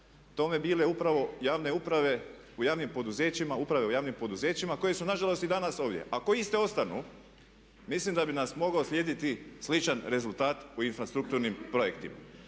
tome bile upravo javne uprave u javnim poduzećima, uprave u javnim poduzećima koje su nažalost i danas ovdje. Ako iste ostanu, mislim da bi nas mogao slijediti sličan rezultat u infrastrukturnim projektima.